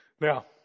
Now